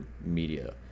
media